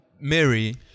Mary